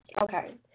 Okay